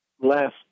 last